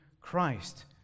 Christ